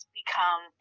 become